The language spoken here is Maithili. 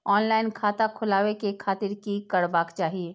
ऑनलाईन खाता खोलाबे के खातिर कि करबाक चाही?